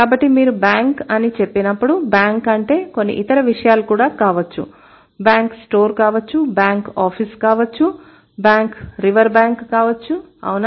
కాబట్టి మీరు బ్యాంక్ అని చెప్పినప్పుడు బ్యాంక్ అంటే కొన్ని ఇతర విషయాలు కూడా కావచ్చు బ్యాంక్ స్టోర్ కావచ్చు బ్యాంక్ ఆఫీసు కావచ్చు బ్యాంక్ రివర్బ్యాంక్ కావచ్చుఅవునా